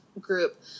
group